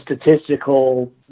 statistical